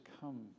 come